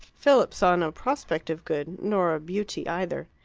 philip saw no prospect of good, nor of beauty either.